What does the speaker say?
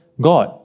God